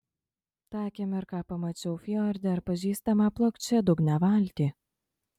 tą akimirką pamačiau fjorde ir pažįstamą plokščiadugnę valtį